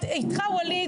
לא.